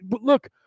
look